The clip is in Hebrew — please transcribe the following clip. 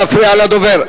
לא להפריע לדובר,